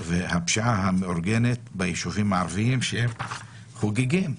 והפשיעה המאורגנת ביישובים הערביים שהם חוגגים.